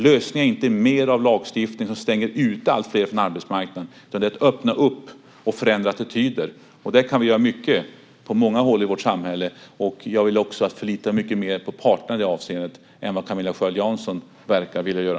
Lösningen är inte mer lagstiftning som stänger ute alltfler från arbetsmarknaden. Det handlar om att förändra attityder. Där kan vi göra mycket på många håll i vårt samhälle. Jag vill också förlita mig mycket mer på parterna i det avseendet än vad Camilla Sköld Jansson verkar vilja göra.